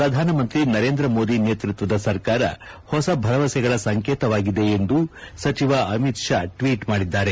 ಪ್ರಧಾನಮಂತ್ರಿ ನರೇಂದ್ರ ಮೋದಿ ನೇತೃತ್ವದ ಸರ್ಕಾರ ಹೊಸ ಭರವಸೆಗಳ ಸಂಕೇತವಾಗಿದೆ ಎಂದು ಸಚಿವ ಅಮಿತ್ ಶಾ ಟ್ವೀಟ್ ಮಾಡಿದ್ದಾರೆ